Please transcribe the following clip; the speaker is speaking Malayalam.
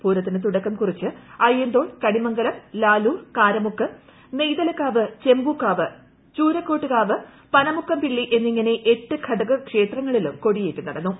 പൂരത്തിന് തുടക്കം കുറിച്ച് അയ്യന്തോൾ കണിമംഗലം ലാലൂർ കാരമുക്ക് നെയ്തലക്കാവ് ചെമ്പൂക്കാവ് ചൂരക്കോട്ടുകാവ് പനമുക്കംപിള്ളി എന്നിങ്ങനെ എട്ട് ഘടകക്ഷേത്രങ്ങളിലും കൊടിയേറ്റ് നടന്നു